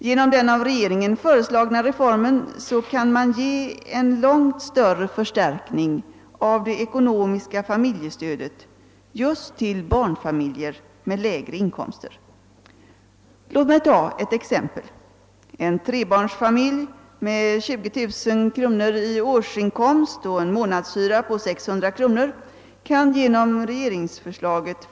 Genom den av regeringen föreslagna reformen kan man ge en långt större förstärkning av det ekonomiska familjestödet till barnfamiljer med lägre inkomster. Låt mig ta ett par exempel!